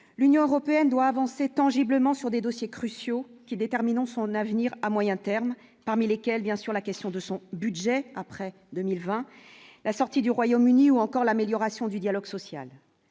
l'Union européenne doit avancer tangibles ment sur des dossiers cruciaux qui détermineront son avenir à moyen terme, parmi lesquels, bien sûr, la question de son budget après 2020 la sortie du Royaume-Uni ou encore l'amélioration du dialogue social,